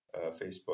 Facebook